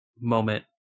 moment